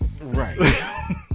Right